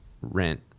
rent